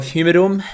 Humidum